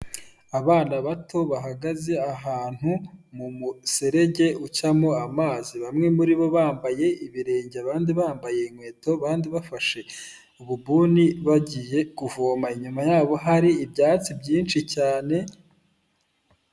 Abana bato bahagaze ahantu mu muserege ucamo amazi, bamwe muri bo bambaye ibirenge abandi bambaye inkweto kandi bafashe ububuni bagiye kuvoma, inyuma yabo hari ibyatsi byinshi cyane.